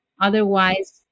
Otherwise